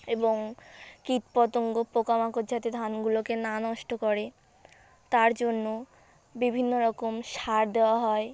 এবং কীট পতঙ্গ পোকামাকড় যাতে ধানগুলোকে না নষ্ট করে তার জন্য বিভিন্ন রকম সার দেওয়া হয়